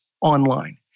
online